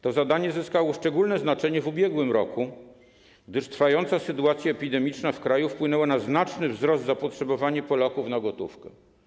To zadanie zyskało szczególne znaczenie w ubiegłym roku, gdyż trwająca w kraju sytuacja epidemiczna wpłynęła na znaczny wzrost zapotrzebowania Polaków na gotówkę.